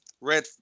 red